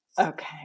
Okay